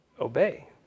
obey